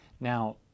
Now